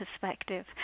perspective